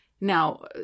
Now